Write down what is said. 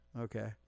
okay